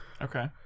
Okay